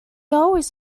always